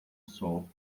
sol